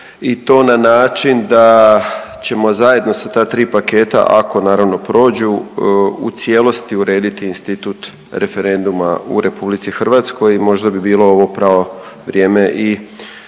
i to na način da ćemo zajedno sa ta tri paketa, ako naravno prođu, u cijelosti urediti institut referenduma u RH, možda bi bilo ovo pravo vrijeme i